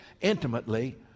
intimately